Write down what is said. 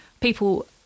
people